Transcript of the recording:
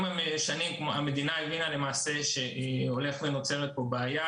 עם השנים המדינה הבינה שהולכת ונוצרת פה בעיה,